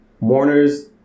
mourners